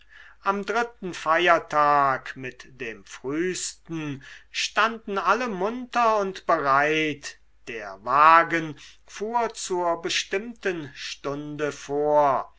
am dritten feiertag mit dem frühsten standen alle munter und bereit der wagen fuhr zur bestimmten stunde vor